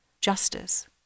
justice